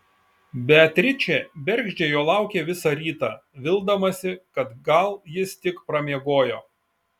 beatričė bergždžiai jo laukė visą rytą vildamasi kad gal jis tik pramiegojo